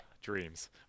Dreams